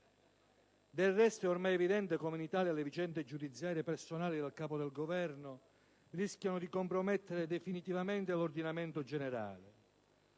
Del resto è ormai evidente come in Italia le vicende giudiziarie personali del Capo del Governo rischiano di compromettere definitivamente l'ordinamento generale.